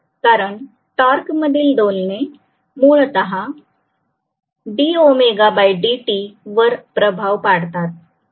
कारण टॉर्क मधील दोलने सततचे बदल मूलतः वर प्रभाव पाडतात